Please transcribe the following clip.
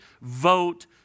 vote